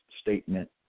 statement